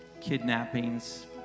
kidnappings